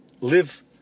live